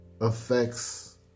affects